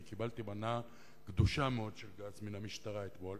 כי קיבלתי מנה גדושה מאוד של גז מהמשטרה אתמול.